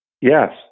Yes